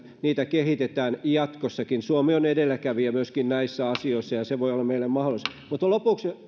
kehitetään jatkossakin suomi on edelläkävijä myöskin näissä asioissa ja se voi olla meille mahdollisuus lopuksi